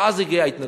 ואז הגיעה ההתנגשות,